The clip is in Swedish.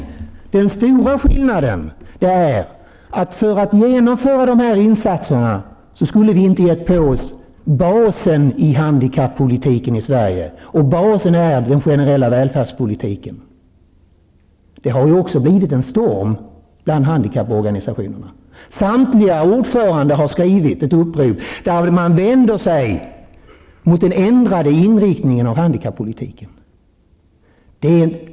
Men den stora skillnaden är denna: För att göra de här insatserna skulle vi inte ha gett oss på basen för handikappolitiken i Sverige, nämligen den generella välfärdspolitiken. Inom handikapporganisationerna har det ju också börjat storma. Samtliga ordförande har skrivit ett upprop i vilket man vänder sig mot den ändrade inriktningen av handikappolitiken.